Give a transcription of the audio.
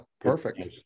perfect